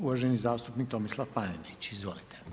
Uvaženi zastupnik Tomislav Panenić, izvolite.